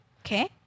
okay